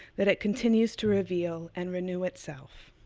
that it continues to reveal and renew itself.